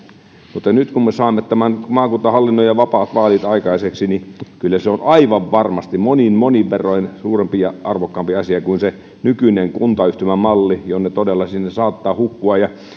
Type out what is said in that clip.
nyt kun me saamme tämän maakuntahallinnon ja vapaat vaalit aikaiseksi niin kyllä se on aivan varmasti monin monin verroin suurempi ja arvokkaampi asia kuin nykyinen kuntayhtymämalli jonne todella saattaa hukkua